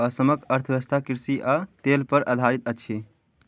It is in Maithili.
असमक अर्थव्यवस्था कृषि आ तेल पर आधारित अछि